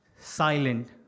silent